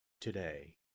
today